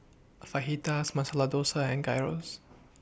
Fajitas Masala Dosa and Gyros